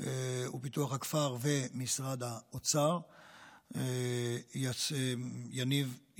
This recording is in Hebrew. ופיתוח הכפר ומשרד האוצר, יניב